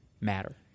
matter